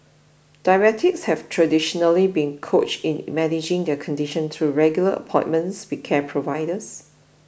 diabetics have traditionally been coached in managing their condition through regular appointments with care providers